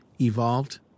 evolved